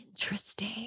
Interesting